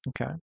Okay